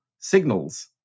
signals